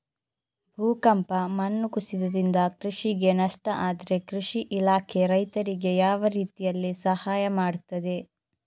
ಭೂಕಂಪ, ಮಣ್ಣು ಕುಸಿತದಿಂದ ಕೃಷಿಗೆ ನಷ್ಟ ಆದ್ರೆ ಕೃಷಿ ಇಲಾಖೆ ರೈತರಿಗೆ ಯಾವ ರೀತಿಯಲ್ಲಿ ಸಹಾಯ ಮಾಡ್ತದೆ?